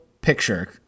Picture